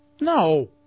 No